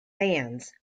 fans